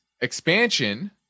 expansion